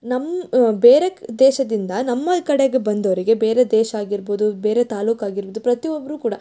ನಮ್ಮ ಬೇರೆ ದೇಶದಿಂದ ನಮ್ಮ ಕಡೆಗೆ ಬಂದವರಿಗೆ ಬೇರೆ ದೇಶ ಆಗಿರ್ಬೋದು ಬೇರೆ ತಾಲೂಕು ಆಗಿರ್ಬೋದು ಪ್ರತಿಯೊಬ್ರು ಕೂಡ